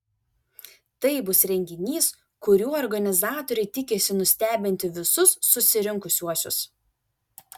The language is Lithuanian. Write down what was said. tai bus renginys kuriuo organizatoriai tikisi nustebinti visus susirinkusiuosius